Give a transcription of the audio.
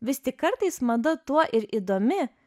vis tik kartais mada tuo ir įdomi